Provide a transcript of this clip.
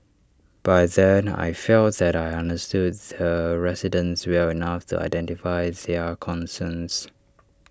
by then I felt that I understood the residents well enough to identify their concerns